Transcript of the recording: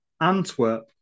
Antwerp